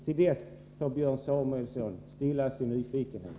Till dess får Björn Samuelson tygla sin nyfikenhet.